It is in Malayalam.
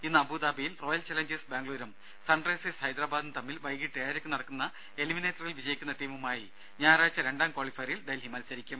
ഇന്ന് അബുദാബിയിൽ റോയൽ ചലഞ്ചേഴ്സ് ബാംഗ്ലൂരും സൺറൈസേഴ്സ് ഹൈദരാബാദും തമ്മിൽ വൈകീട്ട് ഏഴരയ്ക്ക് നടക്കുന്ന എലിമിനേറ്ററിൽ വിജയിക്കുന്ന ടീമുമായി ഞായറാഴ്ച രണ്ടാം ക്വാളിഫയറിൽ ഡൽഹി മത്സരിക്കും